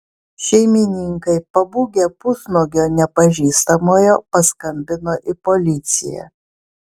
šeimininkai pabūgę pusnuogio nepažįstamojo paskambino į policiją